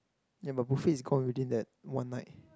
ya but buffet is gone within that one night